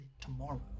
tomorrow